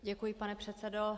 Děkuji, pane předsedo.